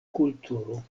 kulturo